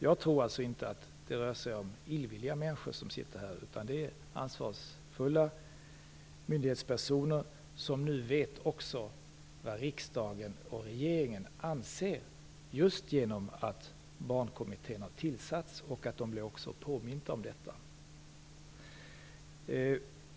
Jag tror alltså inte att det rör sig om illvilliga människor, utan det är ansvarsfulla myndighetspersoner som nu också vet vad riksdagen och regeringen anser just genom att Barnkommittén har tillsatts. De blir också påminda om detta.